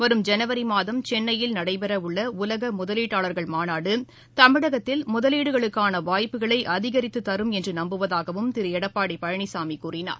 வரும் ஜனவரி மாதம் சென்னையில் நடைபெற உள்ள உலக முதலீட்டாளர்கள் மாநாடு தமிழகத்தில் முதலீடுகளுக்கான வாய்ப்புகளை அதிகரித்து தரும் என்று நம்புவதாகவும் திரு எடப்பாடி பழனிசாமி கூறினார்